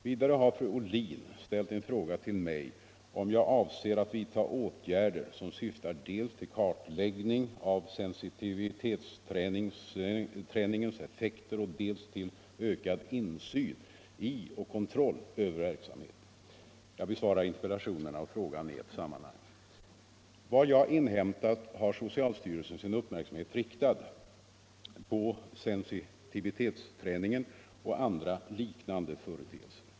Vidare har fru Ohlin ställt en fråga till mig om jag avser att vidta åtgärder som syftar dels till kartläggning av sensitivitetsträningens effekter, dels till ökad insyn i och kontroll över verksamheten. Jag besvarar interpellationen och frågan i ett sammanhang. Enligt vad jag inhämtat har socialstyrelsen sin uppmärksamhet riktad på sensitivitetsträningen och andra liknande företeelser.